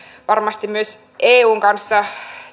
varmasti myös eun kanssa